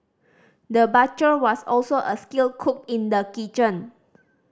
the butcher was also a skilled cook in the kitchen